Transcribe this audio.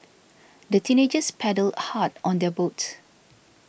the teenagers paddled hard on their boat